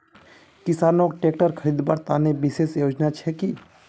किसानोक ट्रेक्टर खरीदवार तने विशेष योजना छे कि?